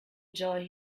joy